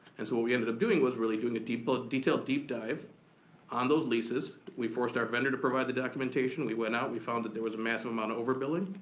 and so what we ended up doing was really doing a ah detailed deep dive on those leases. we forced our vendor to provide the documentation. we went out, we found that there was a massive amount of over-billing.